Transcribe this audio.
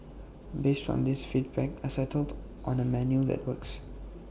based on these feedback I settled on A menu that works